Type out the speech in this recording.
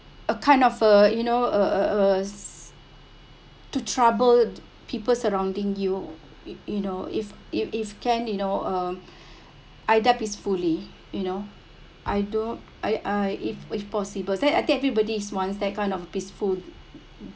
a kind of uh you know uh uh uh to troubled people surrounding you you you know if if if can you know um I die peacefully you know I don’t I I if with possible then I think everybody’s want that kind of peaceful